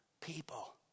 people